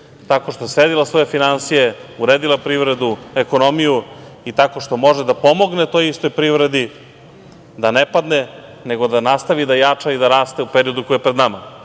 tako što je sredila svoje finansije, uredila privredu, ekonomiju i tako što može da pomogne toj istoj privredi, da ne padne nego da nastavi da jača i da raste u periodu koji je pred nama. To